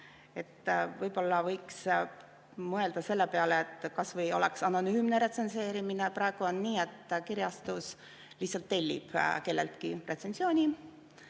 Võib-olla võiks mõelda selle peale, et kas või oleks anonüümne retsenseerimine. Praegu on nii, et kirjastus lihtsalt tellib kelleltki retsensiooni,